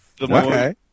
okay